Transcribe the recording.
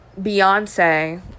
Beyonce